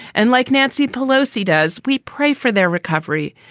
and like nancy pelosi does. we pray for their recovery.